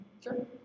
Sure